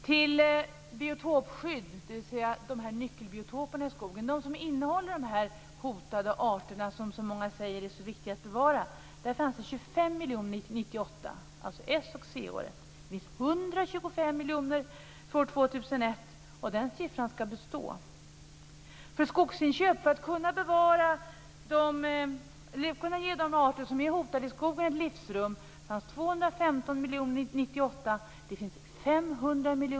Till biotopskydd - dvs. de nyckelbiotoper i skogen som innehåller hotade arter som så många säger att det är så viktigt att bevara - fanns det 25 miljoner år 1998, alltså s-c-året. För år 2001 finns det 125 miljoner kronor och den siffran ska bestå. För skogsinköp, för att kunna ge livsrum åt de arter i skogen som är hotade, fanns det 215 miljoner år 1998.